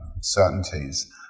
certainties